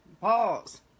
Pause